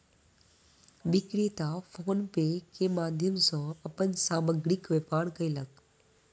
विक्रेता फ़ोन पे के माध्यम सॅ अपन सामग्रीक व्यापार कयलक